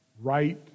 right